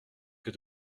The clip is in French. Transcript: que